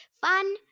Fun